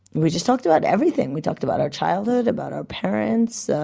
we just talked about everything. we talked about our childhood, about our parents,